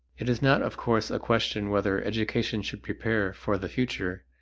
it is not of course a question whether education should prepare for the future.